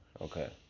okay